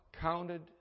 counted